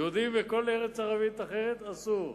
יהודים בכל ארץ ערבית אחרת, אסור.